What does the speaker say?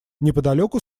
неподалеку